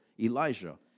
Elijah